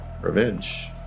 revenge